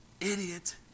Idiot